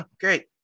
great